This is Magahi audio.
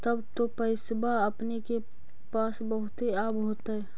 तब तो पैसबा अपने के पास बहुते आब होतय?